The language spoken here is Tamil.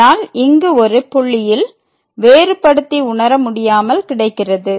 அதனால் இங்கு ஒரு புள்ளியில் வேறுபடுத்தி உணர முடியாமல் கிடைக்கிறது